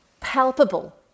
palpable